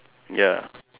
ya